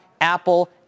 Apple